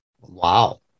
Wow